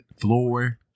floor